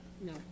no